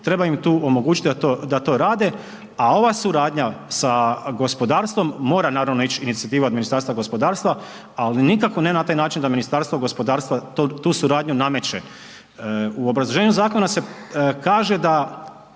treba im tu omogućiti da to rade, a ova suradnja sa gospodarstvom, mora naravno, ići inicijativa od Ministarstva gospodarstva, ali nikako ne na taj način da Ministarstvo gospodarstva tu suradnju nameće. U obrazloženju zakona se kaže da